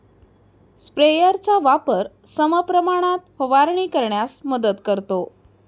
स्प्रेयरचा वापर समप्रमाणात फवारणी करण्यास मदत करतो